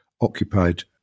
occupied